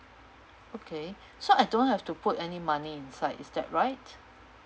okay so I don't have to put any money inside is that right